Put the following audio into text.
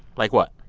like what?